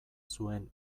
zuen